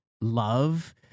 love